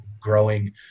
growing